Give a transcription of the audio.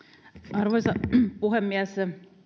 arvoisa puhemies